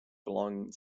belonging